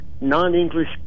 non-English